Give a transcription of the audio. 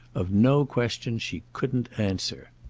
of no question she couldn't answer.